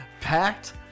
packed